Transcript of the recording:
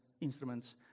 instruments